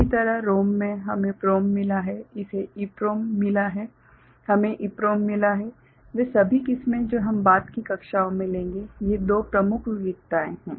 इसी तरह ROM में हमें PROM मिला है हमें EPROM मिला है वे सभी किस्में जो हम बाद की कक्षाओं में लेंगे ये दो प्रमुख विविधताएँ हैं